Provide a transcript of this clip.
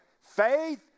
Faith